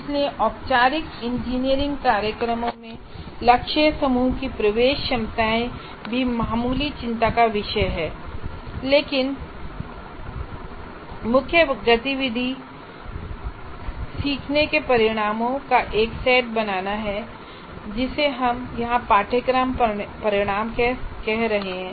इसलिए औपचारिक इंजीनियरिंग कार्यक्रम में लक्ष्य समूह की प्रवेश क्षमताएं भी मामूली चिंता का विषय हैं लेकिन मुख्य गतिविधि सीखने के परिणामों का एक सेट बनाना है जिसे हम यहां पाठ्यक्रम परिणाम कह रहे हैं